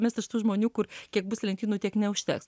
mes iš tų žmonių kur kiek bus lentynų tiek neužteks